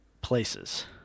places